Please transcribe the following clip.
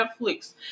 Netflix